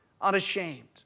unashamed